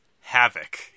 havoc